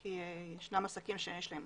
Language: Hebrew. כי יש עסקים שיש להם